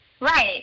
Right